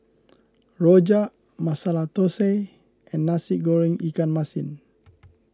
Rojak Masala Thosai and Nasi Goreng Ikan Masin